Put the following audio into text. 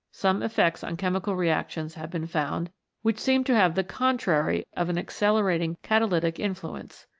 some effects on chemical reactions have been found which seem to have the contrary of an accelerating catalytic influence.